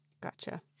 Gotcha